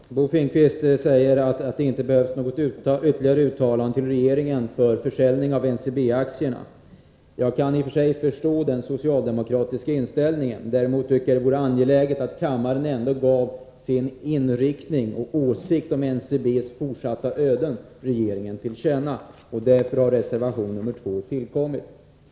Fru talman! Bo Finnkvist säger att det inte behövs något ytterligare uttalande till regeringen för försäljning av NCB-aktierna. Jag kan i och för sig förstå den socialdemokratiska inställningen. Däremot tycker jag att det vore angeläget att kammaren gav sin åsikt om NCB:s fortsatta öden regeringen till. känna. Därför har reservation nr 2 tillkommit.